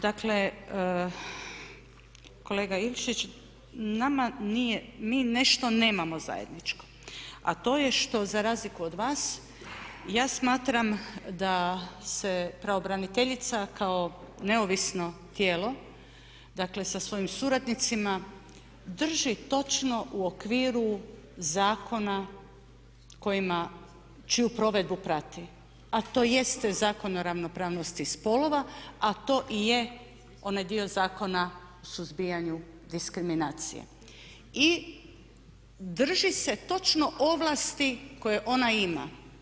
Dakle, kolega Ilčić nama nije, mi nešto nemamo zajedničko a to je što za razliku od vas ja smatram da se pravobraniteljica kao neovisno tijelo dakle, sa svojim suradnicima drži točno u okviru zakona kojima, čiju provedbu prati a to jest Zakon o ravnopravnosti spolova a to i je onaj dio zakona o suzbijanju diskriminacije i drži se točno ovlasti koje ona ima.